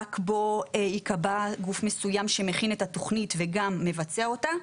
שרק בו ייקבע גוף מסוים שמכין את התוכנית וגם מבצע אותה?